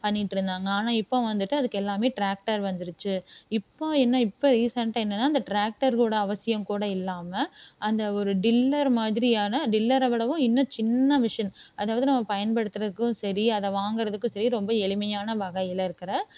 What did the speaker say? பண்ணிகிட்டு இருந்தாங்க ஆனால் இப்போது வந்துட்டு அதுக்கு எல்லாமே டிராக்டர் வந்துடுச்சு இப்போது என்ன இப்போது ரீசெண்ட்டாக என்னென்னா இந்த டிராக்டர் கூட அவசியம் கூட இல்லாமல் அந்த ஒரு டில்லர் மாதிரியான டில்லரை விடவும் இன்னும் சின்ன மிஷின் அதாவது நம்ம பயன்படுத்துறக்கும் சரி அதை வாங்கறதுக்கும் சரி ரொம்ப எளிமையான வகையில் இருக்கிற